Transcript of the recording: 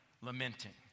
lamenting